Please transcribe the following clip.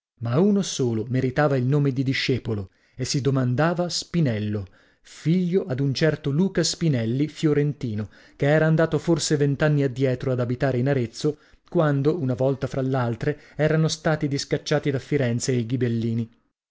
ma uno solo meritava il nome di discepolo e si domandava spinello figlio ad un certo luca spinelli fiorentino che era andato forse vent'anni addietro ad abitare in arezzo quando una volta fra l'altre erano stati discacciati da firenze i ghibellini